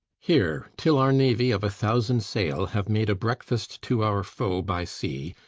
here, till our navy of a thousand sail have made a breakfast to our foe by sea,